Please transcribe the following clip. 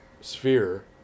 sphere